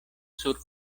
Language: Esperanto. sur